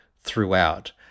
throughout